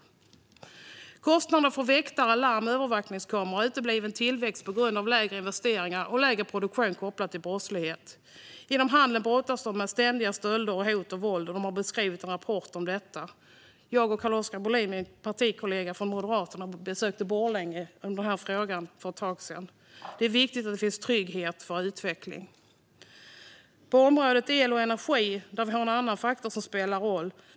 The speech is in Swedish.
Det medför kostnader för väktare, larm och övervakningskameror och utebliven tillväxt på grund av lägre investeringar och lägre produktion. Inom handeln brottas man med ständiga stölder, hot och våld, vilket har beskrivits i en rapport. Jag och min partikollega Carl-Oskar Bohlin besökte Borlänge för ett tag sedan i denna fråga. Det är viktigt att det finns trygghet för utveckling. El och energi är en annan faktor som spelar roll.